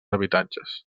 habitatges